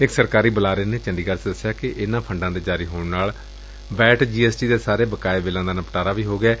ਇਕ ਸਰਕਾਰੀ ਬੁਲਾਰੇ ਨੇ ਚੰਡੀਗੜ ਚ ਦੱਸਿਆ ਕਿ ਇਨਾਂ ਫੰਡਾਂ ਦੇ ਜਾਰੀ ਹੋਣ ਨਾਲ ਵੈਟਜੀਐਸਟੀ ਦੇ ਸਾਰੇ ਬਕਾਇਆ ਬਿੱਲਾਂ ਦਾ ਵੀ ਨਿਪਟਾਰਾ ਹੋ ਗਿਐ